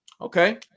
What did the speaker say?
Okay